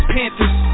Panthers